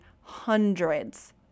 hundreds